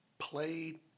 played